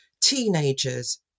teenagers